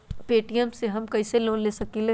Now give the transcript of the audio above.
Paytm से हम कईसे लोन ले सकीले?